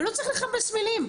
ולא צריך לכבס מילים,